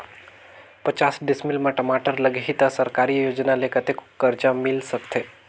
पचास डिसमिल मा टमाटर लगही त सरकारी योजना ले कतेक कर्जा मिल सकथे?